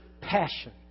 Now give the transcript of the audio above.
passion